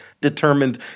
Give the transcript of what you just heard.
determined